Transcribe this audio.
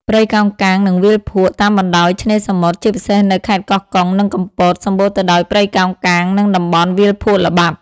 ព្រៃកោងកាង និងវាលភក់ តាមបណ្តោយឆ្នេរសមុទ្រ ជាពិសេសនៅខេត្តកោះកុង និងកំពត សម្បូរទៅដោយ ព្រៃកោងកាង និងតំបន់ វាលភក់ល្បាប់។